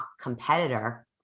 competitor